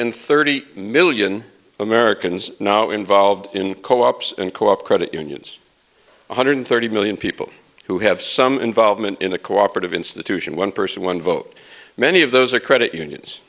and thirty million americans now involved in co ops and co op credit unions one hundred thirty million people who have some involvement in a cooperative institution one person one vote many of those are credit unions